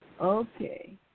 Okay